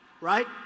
Right